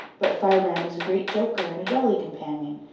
but firebrand was a great joker and a jolly companion,